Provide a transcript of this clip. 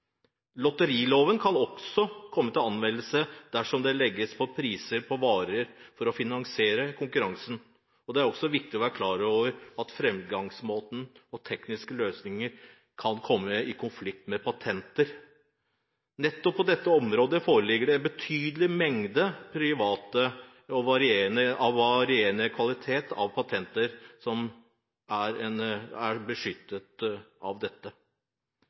Lotteriloven kan også komme til anvendelse dersom det legges på priser på varer for å finansiere konkurransen. Det er også viktig å være klar over at framgangsmåter og tekniske løsninger kan komme i konflikt med patenter. Nettopp på dette området foreligger det en betydelig mengde private patenter av varierende kvalitet og beskyttelsesomfang. Det er Forbrukerombudet som er